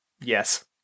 yes